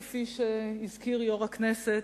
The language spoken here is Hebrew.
כפי שהזכיר יושב-ראש הכנסת,